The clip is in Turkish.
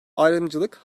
ayrımcılık